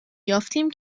یافتیم